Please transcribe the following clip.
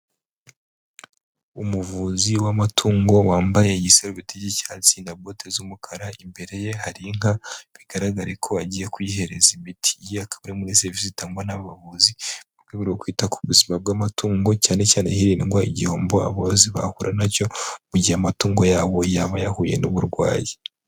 Umuvuzi w'amatungo wambaye igisaruberi cy'icyati na bote z'umukara. Imbere ye hari inka bigaragare ko agiye kuyihereza imiti. Iyi ikaba muri serivisi zitangwa n'abavuzi mu rwego rwo kwita ku buzima bw'amatungo, cyane cyane hirindwa igihombo aborozi bahura nacyo mu gihe amatungo yabo yaba yahuye n'uburwayi.